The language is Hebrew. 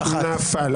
הצבעה לא אושרה נפל.